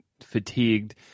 fatigued